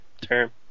term